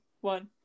one